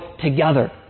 together